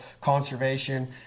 conservation